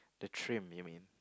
the trim you mean